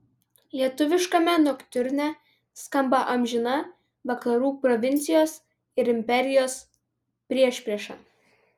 lietuviškame noktiurne skamba amžina vakarų provincijos ir imperijos priešprieša